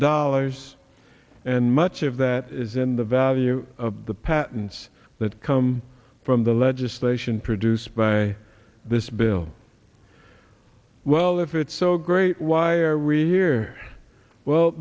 dollars and much of that is in the value of the patents that come from the legislation produced by this bill well if it's so great why are we here well